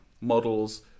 models